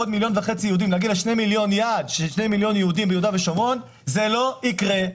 עוד שני מיליוני יהודים ביו"ש אז זה לא יקרה.